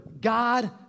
God